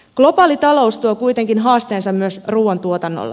globaali talous tuo kuitenkin haasteensa myös ruuantuotannolle